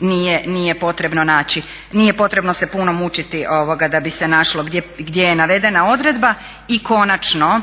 nije potrebno se puno mučiti da bi se našlo gdje je navedena odredba i konačno